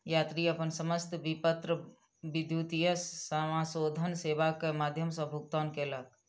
यात्री अपन समस्त विपत्र विद्युतीय समाशोधन सेवा के माध्यम सॅ भुगतान कयलक